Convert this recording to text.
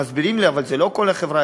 מסבירים לי: אבל זה לא כל החברה,